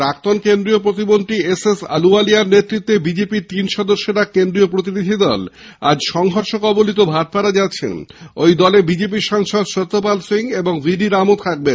প্রাক্তণ কেন্দ্রীয় মন্ত্রী S S আলুওয়ালিয়ার নেতৃত্বে বিজেপির তিন সদস্যের এক প্রতিনিধি দল আজ সংঘর্ষ কবলিত ভাটপাড়া যাবেন ঐ দলে বিজেপি সাংসদ সত্যপাল সিং এবং বি ডি রামও থাকবেন